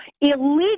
illegal